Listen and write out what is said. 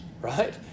Right